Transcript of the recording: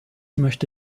möchte